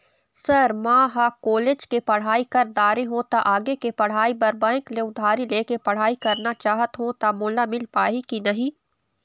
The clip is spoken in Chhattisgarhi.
सर म ह कॉलेज के पढ़ाई कर दारें हों ता आगे के पढ़ाई बर बैंक ले उधारी ले के पढ़ाई करना चाहत हों ता मोला मील पाही की नहीं?